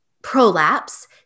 prolapse